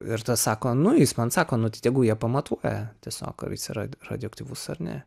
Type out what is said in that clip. ir tada sako nu jis man sako nu tai tegu jie pamatuoja tiesiog ar jis yra ra radioaktyvus ar ne